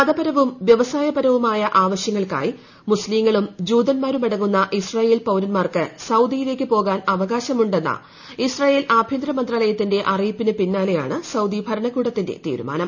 മതപരവും വ്യവസായപരവുമായ ആവശ്യങ്ങൾക്കായി മുസ്ത്രീങ്ങളും ജൂതന്മാരുമടങ്ങുന്ന ഇസ്രയേൽ പൌ്റ്റുന്മാർക്ക് സൌദിയിലേക്ക് പോകാൻ അവകാശമുന്നെ് ഇസ്രയേൽ ആഭ്യന്ത്ൽ മന്ത്രാലയത്തിന്റെ അറിയിപ്പിനു പിന്നാലെയാണ് സൌദി ഭരണക്കൂട്ടത്തിന്റെ തീരുമാനം